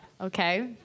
Okay